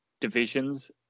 divisions